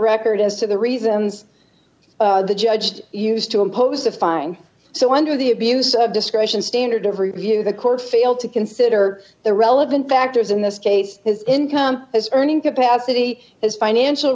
record as to the reasons the judged used to impose a fine so under the abuse of discretion standard of review the court failed to consider the relevant factors in this case his income as earning capacity as financial